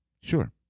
Sure